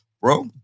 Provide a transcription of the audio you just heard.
Bro